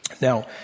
Now